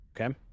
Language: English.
Okay